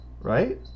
right